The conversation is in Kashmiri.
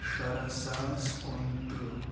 شُراہ ساس کُنتٕرٛہ